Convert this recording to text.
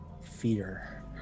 fear